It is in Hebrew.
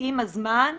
עם הזמן,